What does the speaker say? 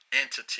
entity